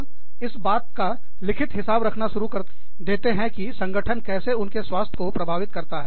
लोग इस बात का लिखित हिसाब रखना शुरू कर कर देते हैं कि संगठन कैसे उनके स्वास्थ्य को प्रभावित करता है